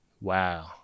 Wow